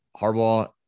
Harbaugh